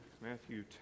Matthew